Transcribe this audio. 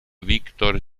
víctor